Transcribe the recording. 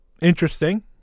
interesting